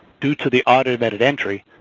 due to the automated entry,